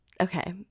okay